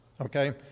Okay